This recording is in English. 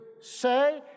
say